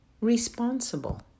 responsible